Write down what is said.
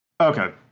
Okay